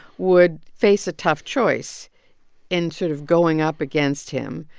would face a tough choice in sort of going up against him.